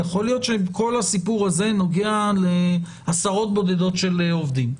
יכול להיות שכל הסיפור הזה נוגע לעשרות בודדות של עובדים,